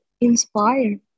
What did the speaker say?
inspire